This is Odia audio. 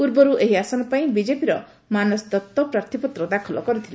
ପୂର୍ବରୁ ଏହି ଆସନ ପାଇଁ ବିଜେପିର ମାନସ ଦଉ ପ୍ରାର୍ଥିପତ୍ର ଦାଖଲ କରିଥିଲେ